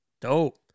Dope